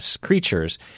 creatures